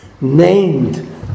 named